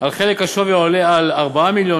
על חלק השווי העולה על 4 מיליון